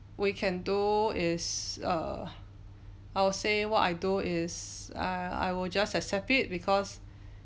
we can do is err I would say what I do is I I will just accept it because